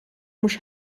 mhux